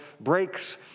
breaks